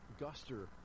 Guster